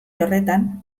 horretan